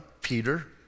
Peter